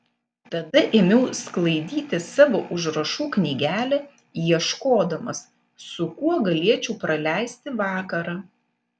tada ėmiau sklaidyti savo užrašų knygelę ieškodamas su kuo galėčiau praleisti vakarą